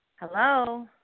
hello